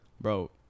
bro